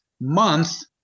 month